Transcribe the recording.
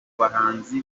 bahanzi